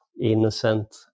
innocent